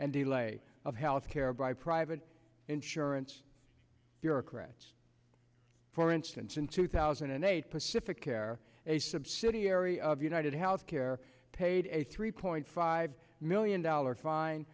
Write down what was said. and delay of health care by private insurance bureaucrats for instance in two thousand and eight pacific care a subsidiary of united healthcare paid a three point five million dollars fine